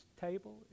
table